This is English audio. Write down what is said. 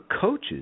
coaches